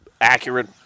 accurate